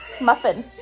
Muffin